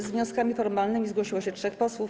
Z wnioskami formalnymi zgłosiło się trzech posłów.